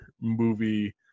movie